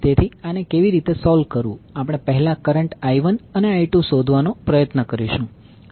તેથી આને કેવી રીતે સોલ્વ કરવું આપણે પહેલા કરંટ I1 અને I2 શોધવાનો પ્રયત્ન કરીશું